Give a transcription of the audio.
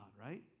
right